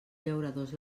llauradors